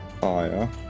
fire